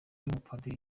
mupadiri